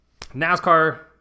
NASCAR